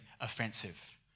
offensive